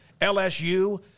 LSU